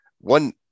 one